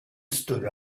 stood